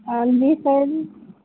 جی سر